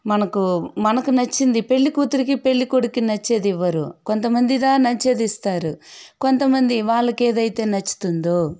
మనకు మనకు నచ్చింది పెళ్ళికూతురికి పెళ్ళికొడుకుకి నచ్చేదివ్వరు కొంతమంది దా నచ్చేదిస్తారు కొంతమంది వాళ్లకి ఏదైతే నచ్చుతుందో